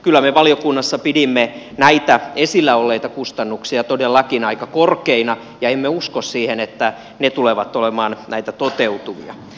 kyllä me valiokunnassa pidimme näitä esillä olleita kustannuksia todellakin aika korkeina ja emme usko siihen että ne tulevat olemaan näitä toteutuvia